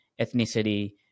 ethnicity